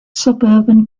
suburban